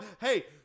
hey